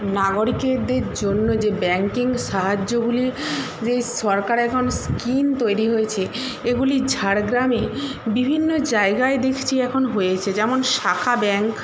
নাগরিকেদের জন্য যে ব্যাংকিং সাহায্যগুলি যেই সরকার এখন স্কিম তৈরি হয়েছে এগুলি ঝাড়গ্রামে বিভিন্ন জায়গায় দেখছি এখন হয়েছে যেমন শাখা ব্যাংক